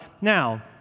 Now